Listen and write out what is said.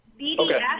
bds